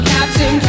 Captain